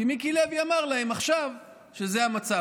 כי מיקי לוי אמר להם עכשיו שזה המצב.